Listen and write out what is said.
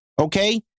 okay